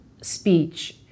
speech